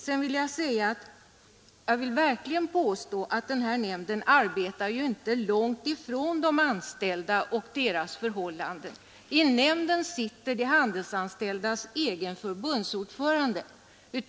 Sedan vill jag verkligen påstå att nämnden arbetar inte långt ifrån de anställda och deras förhållanden. I nämnden sitter de handelsanställdas egen förbundsordförande.